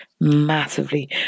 massively